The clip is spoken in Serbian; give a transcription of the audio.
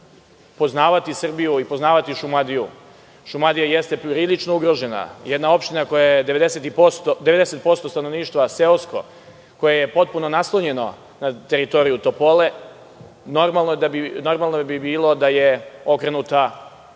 poznavati Srbiju i poznavati Šumadiju. Šumadija jeste prilično ugrožena, jedna opština u kojoj je 90% stanovništva seosko, koja je potpuno naslonjena na teritoriju Topole, normalno bi bilo da je okrenuta ka